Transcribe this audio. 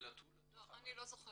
שלנו הוא רב-תרבותיות מקבל